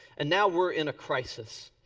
and now we're in a crisis.